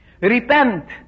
Repent